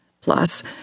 Plus